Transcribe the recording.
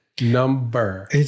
Number